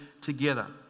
together